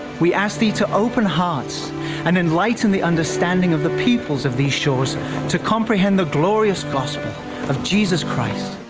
we ask thee to open hearts and enlighten the understanding of the peoples of these shores to comprehend the glorious gospel of jesus christ.